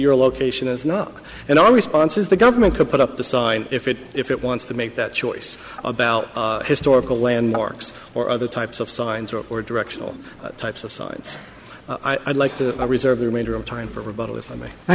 your location is not in our responses the government could put up the sign if it if it wants to make that choice about historical landmarks or other types of signs or directional types of signs i'd like to reserve the remainder of time for rebuttal if i may